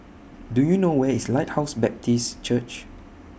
Do YOU know Where IS Lighthouse Baptist Church